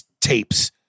tapes